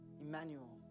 Emmanuel